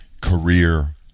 career